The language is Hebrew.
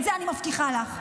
את זה אני מבטיחה לך.